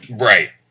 Right